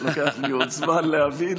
לוקח לי עוד זמן להבין,